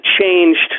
changed